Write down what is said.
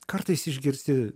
kartais išgirsi